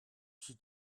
she